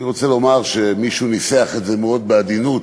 אני רוצה לומר שמישהו ניסח את זה מאוד בעדינות.